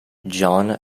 john